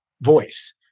voice